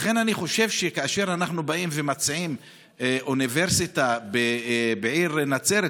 לכן אני חושב שכאשר אנחנו באים ומציעים אוניברסיטה בעיר נצרת,